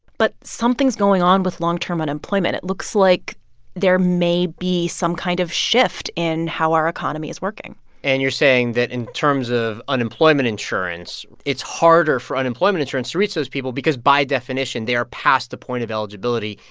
but something's going on with long-term unemployment. it looks like there may be some kind of shift in how our economy is working and you're saying that in terms of unemployment insurance, it's harder for unemployment insurance to reach those people because, by definition, they are past the point of eligibility,